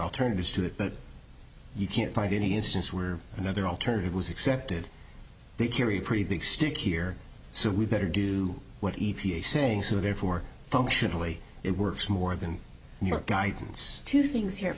alternatives to that but you can't find any instance where another alternative was accepted they carry pretty big stick here so we better do what e t a saying so therefore functionally it works more than guidance two things here